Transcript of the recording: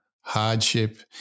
hardship